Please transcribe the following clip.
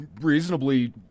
reasonably